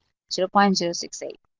zero point zero six eight.